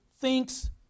thinks